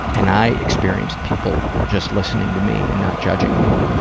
and i experienced people just listening to me and not judging me,